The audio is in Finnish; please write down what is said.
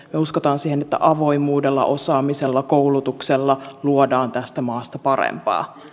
me uskomme siihen että avoimuudella osaamisella koulutuksella luodaan tästä maasta parempaa